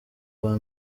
uwa